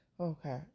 Okay